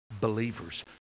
believers